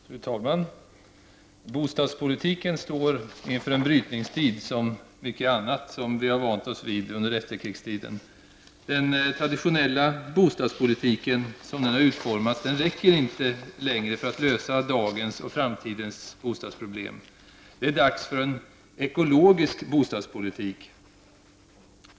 Fru talman! Bostadspolitiken står inför en brytningstid, liksom så mycket annat som vi vant oss vid under efterkrigstiden. Den traditionella bostadspolitiken, såsom den har utformats, räcker inte för att lösa dagens och framtidens bostadsproblem. Det är dags för en ekologisk bostadspolitik.